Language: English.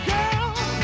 Girl